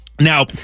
Now